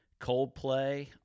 coldplay